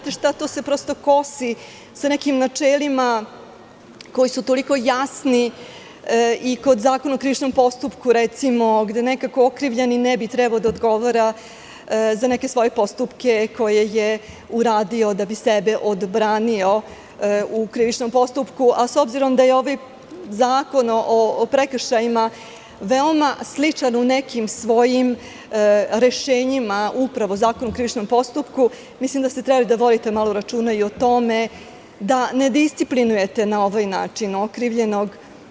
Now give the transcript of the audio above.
To se prosto kosi sa nekim načelima koji su toliko jasni i kod Zakona o krivičnom postupku gde nekako okrivljeni ne bi trebalo da odgovara za neke svoje postupke koje je uradio da bi sebe odbranio u krivičnom postupku, a s obzirom da je ovaj zakon o prekršajima veoma sličan u nekim svojim rešenjima, upravo Zakon o krivičnom postupku, mislim da ste trebali da vodite malo računa o tome da ne disciplinujete na ovaj način okrivljenog.